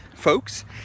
folks